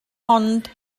ond